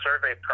survey